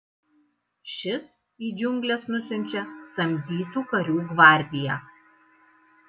šis į džiungles nusiunčia samdytų karių gvardiją